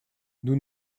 nous